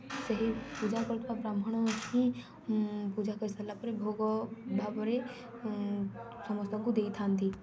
ସେହି ପୂଜା କରିବା ବ୍ରାହ୍ମଣ ହିଁ ପୂଜା କରିସାରିଲା ପରେ ଭୋଗ ଭାବରେ ସମସ୍ତଙ୍କୁ ଦେଇଥାନ୍ତି